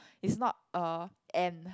it's not a and